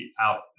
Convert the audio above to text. out